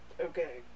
Okay